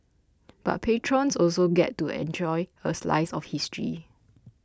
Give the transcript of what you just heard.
but patrons also get to enjoy a slice of history